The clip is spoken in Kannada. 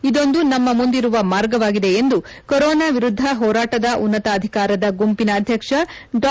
ಇದೊಂದು ನಮ್ನ ಮುಂದಿರುವ ಮಾರ್ಗವಾಗಿದೆ ಎಂದು ಕೊರೊನಾ ವಿರುದ್ಧ ಹೋರಾಟದ ಉನ್ನತಾಧಿಕಾರದ ಗುಂಪಿನ ಅಧ್ಯಕ್ಷ ಡಾ